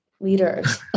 leaders